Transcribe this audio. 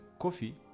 coffee